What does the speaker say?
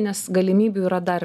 nes galimybių yra dar